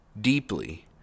deeply